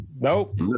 nope